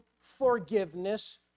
forgiveness